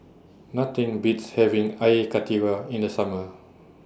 Nothing Beats having Air Karthira in The Summer